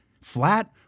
flat